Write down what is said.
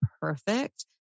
perfect